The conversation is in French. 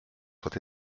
soit